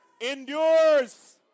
endures